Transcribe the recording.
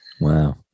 Wow